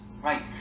Right